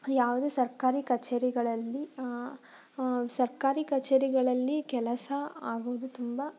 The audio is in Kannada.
ಯಾವುದೇ ಸರ್ಕಾರಿ ಕಛೇರಿಗಳಲ್ಲಿ ಸರ್ಕಾರಿ ಕಛೇರಿಗಳಲ್ಲಿ ಕೆಲಸ ಆಗೋದು ತುಂಬ